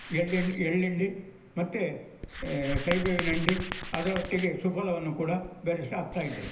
ಎಳ್ಳಿಂಡಿ ಎಳ್ಳಿಂಡಿ ಮತ್ತೆ ಕಹಿಬೇವಿನ ಹಿಂಡಿ ಅದರೊಟ್ಟಿಗೆ ಸುಫಲವನ್ನು ಕೂಡ ಬೆರೆಸಿ ಹಾಕ್ತಾಯಿದ್ದೇವೆ